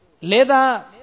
leda